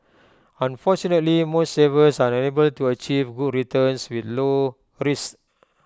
unfortunately most savers are unable to achieve good returns with low risk